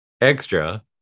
extra